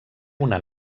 una